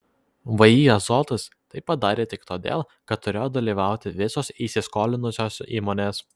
vį azotas tai padarė tik todėl kad turėjo dalyvauti visos įsiskolinusios įmonės